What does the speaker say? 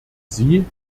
sie